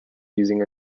using